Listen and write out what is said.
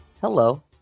hello